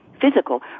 physical